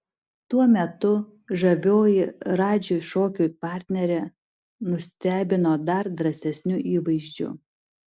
tuo metu žavioji radži šokių partnerė nustebino dar drąsesniu įvaizdžiu